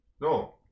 No